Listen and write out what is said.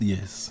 Yes